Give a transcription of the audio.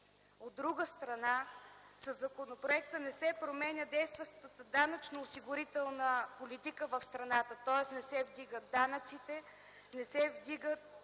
От друга страна, със законопроекта не се променя действащата данъчно осигурителна политика в страната. Тоест не се вдигат данъците, не се вдигат